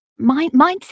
mindset